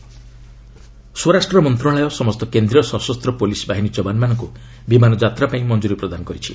home CAPF ସ୍ୱରାଷ୍ଟ୍ର ମନ୍ତ୍ରଣାଳୟ ସମସ୍ତ କେନ୍ଦ୍ରୀୟ ସଶସ୍ତ ପୁଲିସ୍ ବାହିନୀ ଯବାନମାନଙ୍କୁ ବିମାନ ଯାତ୍ରା ପାଇଁ ମଞ୍ଜୁରି ପ୍ରଦାନ କରିଛି